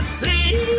see